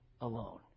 alone